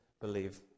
believe